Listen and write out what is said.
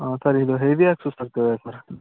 sir ಇದು ಹೆವಿಯಾಗಿ ಸುಸ್ತು ಆಗ್ತಿದೆ ಸರ್